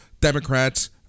Democrats